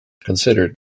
considered